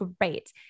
great